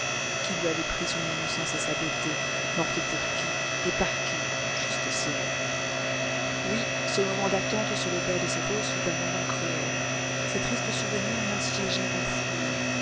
qui lui avait pris son innocence et sa beauté morte pour qui et par qui juste ciel oui ce moment d'attente sur le bord de cette fosse fut un moment cruel ces tristes souvenirs m'assiégeaient en foule